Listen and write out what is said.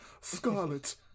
Scarlet